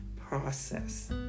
process